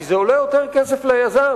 כי זה עולה יותר כסף ליזם.